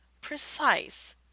precise